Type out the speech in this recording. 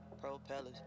propellers